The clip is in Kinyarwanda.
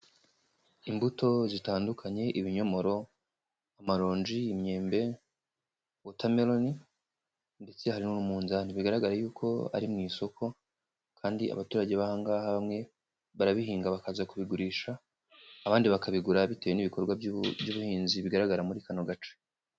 Imbuto zitandukanye ibinyomoro, amaronji, imyembe wotameroni ndetse hari n'umunzani, bigaragara yuko ari mu isoko kandi abaturage bahangaha bamwe barabihinga bakaza kubigurisha abandi bakabigura bitewe n'ibikorwa by'ubuhinzi bigaragara muri kano gace.